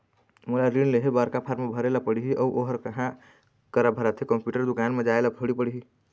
मोला ऋण लेहे बर का फार्म ला भरे ले पड़ही अऊ ओहर कहा करा भराथे, कंप्यूटर दुकान मा जाए ला थोड़ी पड़ही?